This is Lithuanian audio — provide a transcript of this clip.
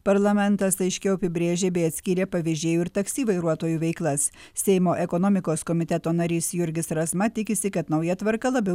parlamentas aiškiau apibrėžė bei atskyrė pavežėjų ir taksi vairuotojų veiklas seimo ekonomikos komiteto narys jurgis razma tikisi kad nauja tvarka labiau